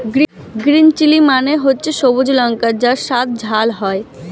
green chilli মানে হচ্ছে সবুজ লঙ্কা যার স্বাদ ঝাল হয়